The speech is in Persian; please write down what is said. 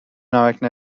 نمکـ